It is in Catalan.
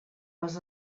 les